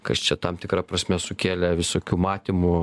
kas čia tam tikra prasme sukėlė visokių matymų